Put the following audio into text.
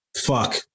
fuck